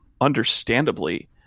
understandably